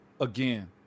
again